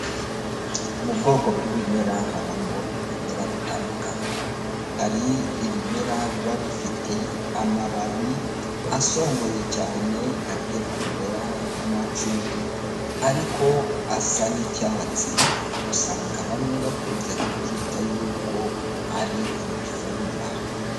Mu bwoko bw'ibimera habamo ibimera bitandukanye, hari ibimera biba bifite amababi asongoye cyane agiye kumera nk'amacumu ariko asa n'icyatsi, usanga bamwe bakunze kubyita yuko ari imifumba.